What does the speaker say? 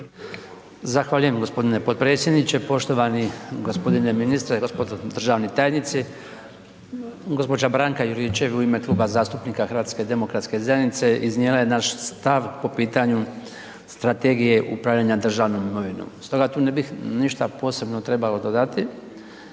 Zahvaljujem g. potpredsjedniče. Poštovani g. ministre i gospodo državni tajnici. Gđa. Branka Juričev je u ime Kluba zastupnika HDZ-a iznijela je naš stav po pitanju Strategije upravljanja državnom imovinom stoga tu ne bih ništa posebno trebao dodati,